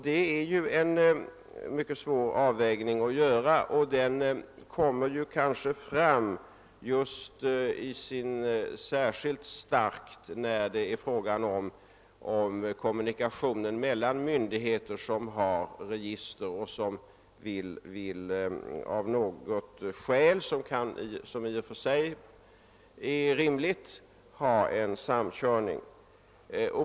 Det är en mycket svår avvägning, vilket kanske särskilt tydligt visar sig när det är fråga om kommunikationen mellan myndigheter som har register och som av något skäl — som i och för sig är rimligt — vill ha en samkörning.